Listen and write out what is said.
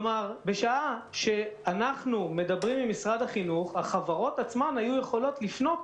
בשעה שאנחנו מדברים עם משרד החינוך החברות עצמן היו יכולות לפנות